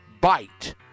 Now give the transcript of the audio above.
bite